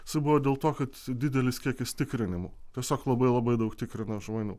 jisai buvo dėl to kad didelis kiekis tikrinimų tiesiog labai labai daug tikrina žmonių